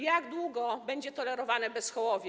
Jak długo będzie tolerowane bezhołowie?